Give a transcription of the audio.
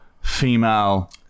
female